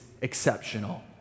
exceptional